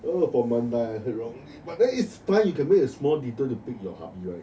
oh for mandai I heard wrongly but then it's fine you can make a small detour to pick your hubby right